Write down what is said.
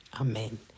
amen